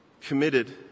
Committed